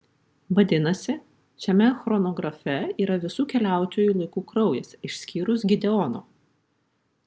vadinasi šiame chronografe yra visų keliautojų laiku kraujas išskyrus gideono